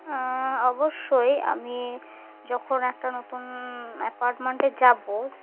অবশ্যই আমি যখন একটা নতুন অ্যাপার্টমেন্টে যাবো